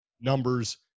numbers